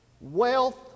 Wealth